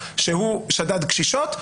שהוא שדד קשישות,